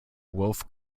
wolf